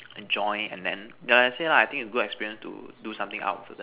enjoy and then like I say lah I think is a good experience to do something out for that